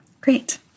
Great